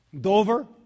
Dover